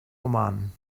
oman